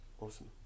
Awesome